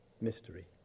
mystery